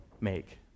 make